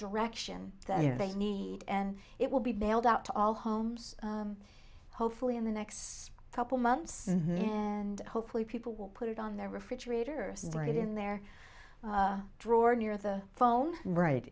direction that they need and it will be bailed out to all homes hopefully in the next couple months and hopefully people will put it on their refrigerator right in their drawer near the phone right